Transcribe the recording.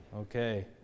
Okay